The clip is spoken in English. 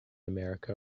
america